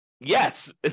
yes